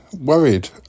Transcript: worried